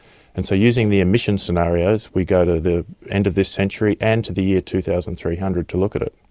and so using the emissions scenarios we go to the end of this century and to the year two thousand three hundred to look at it.